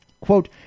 quote